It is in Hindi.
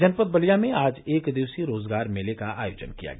जनपद बलिया में आज एक दिवसीय रोजगार मेले का आयोजन किया गया